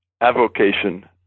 avocation